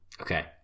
Okay